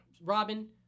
Robin